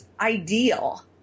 ideal